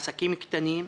עסקים קטנים,